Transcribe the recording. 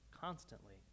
constantly